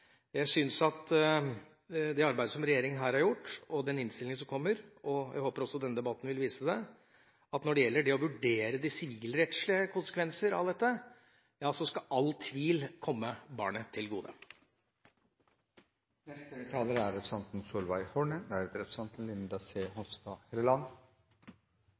Jeg mener ut fra det arbeidet som regjeringa her har gjort, og den innstillinga som kommer – jeg håper også denne debatten vil vise det – at når det gjelder å vurdere de sivilrettslige konsekvenser av dette, skal all tvil komme barnet til gode. Jeg har lyst til å begynne der saksordføreren sluttet: Det er